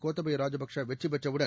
Gotabaya Rajapaksa வெற்றிபெற்றவுடன்